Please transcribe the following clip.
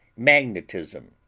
magnetism,